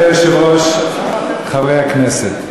אדוני היושב-ראש, חברי הכנסת,